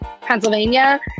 Pennsylvania